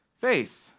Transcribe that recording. faith